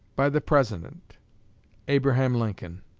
by the president abraham lincoln.